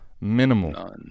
minimal